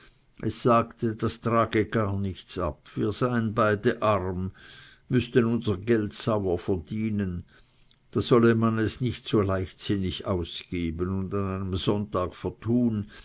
es sagte das trage gar nichts ab wir seien beide arm müßten unser geld sauer verdienen da solle man es nicht so leichtsinnig ausgeben und an einem sonntag vertun